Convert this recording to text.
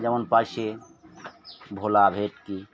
যেমন পারশে ভোলা ভেটকি